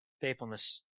Faithfulness